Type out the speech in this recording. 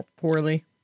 poorly